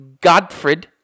godfred